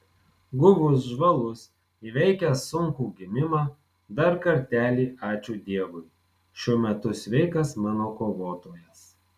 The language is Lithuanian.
guvus žvalus įveikęs sunkų gimimą dar kartelį ačiū dievui šiuo metu sveikas mano kovotojas